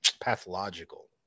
pathological